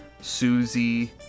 Susie